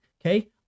Okay